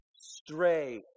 stray